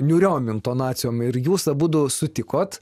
niūriom intonacijom ir jūs abudu sutikot